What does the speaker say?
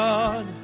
God